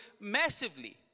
massively